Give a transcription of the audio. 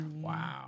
Wow